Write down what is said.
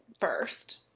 first